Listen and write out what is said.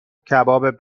کباب